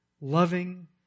loving